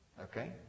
Okay